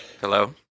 hello